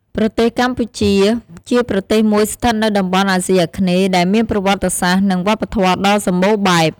ប្រទេសកម្ពុជា ជាប្រទេសមួយស្ថិតនៅតំបន់អាស៊ីអាគ្នេយ៍ ដែលមានប្រវត្តិសាស្ត្រ និងវប្បធម៌ដ៏សម្បូរបែប។